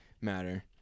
matter